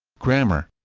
grammar